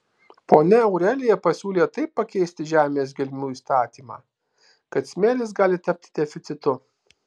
ponia aurelija pasiūlė taip pakeisti žemės gelmių įstatymą kad smėlis gali tapti deficitu